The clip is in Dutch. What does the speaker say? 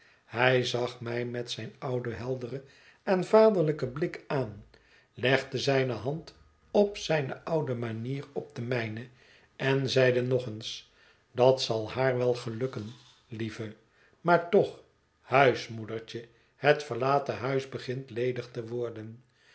hij zag mij met zijn ouden helderen en vaderlijken blik aan legde zijne hand op zijne oude manier op de mijne en zeide nog eens dat zal haar wel gelukken lieve maar toch huismoedertje het verlaten huis begint ledig te worden